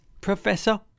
Professor